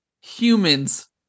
humans